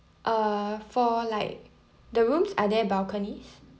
uh for like the rooms are there balconies